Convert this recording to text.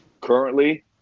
currently